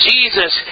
Jesus